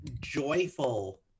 joyful